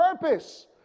purpose